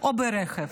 או ברכב.